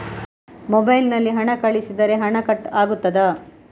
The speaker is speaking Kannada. ಮೊಬೈಲ್ ನಲ್ಲಿ ಹಣ ಕಳುಹಿಸಿದರೆ ಹಣ ಕಟ್ ಆಗುತ್ತದಾ?